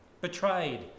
betrayed